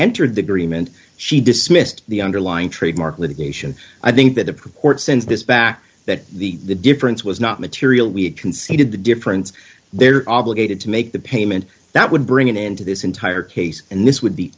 entered the dream and she dismissed the underlying trademark litigation i think that the purport since this back that the difference was not material we had conceded the difference they're obligated to make the payment that would bring an end to this entire case and this would be